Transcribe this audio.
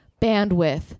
bandwidth